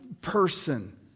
person